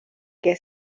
que